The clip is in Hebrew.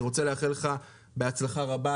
אני רוצה לאחל לך בהצלחה רבה,